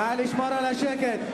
נא לשמור על השקט.